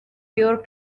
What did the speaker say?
pure